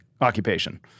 occupation